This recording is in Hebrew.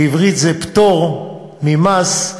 בעברית זה פטור ממס,